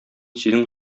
синең